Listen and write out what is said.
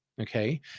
Okay